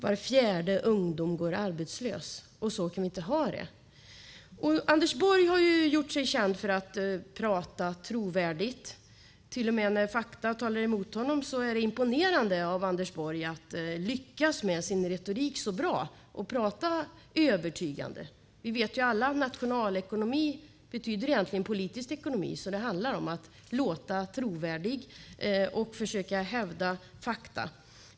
Var fjärde ungdom går arbetslös, och så kan vi inte ha det. Anders Borg har gjort sig känd för att tala trovärdigt. Till och med när fakta talar emot honom är det imponerande av Anders Borg att lyckas så bra med sin retorik och kunna tala övertygande. Vi vet alla att nationalekonomi egentligen betyder politisk ekonomi, så det handlar om att låta trovärdig och försöka hävda fakta.